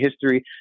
history